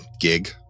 gig